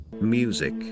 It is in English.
Music